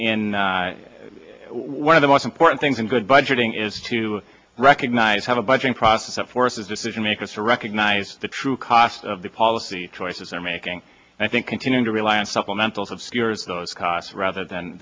one of the most important things in good budgeting is to recognize have a budget process that forces decision makers to recognize the true cost of the policy choices are making i think continuing to rely on supplementals obscures those costs rather than